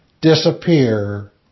disappear